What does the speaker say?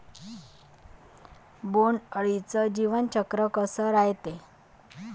बोंड अळीचं जीवनचक्र कस रायते?